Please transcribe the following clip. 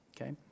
okay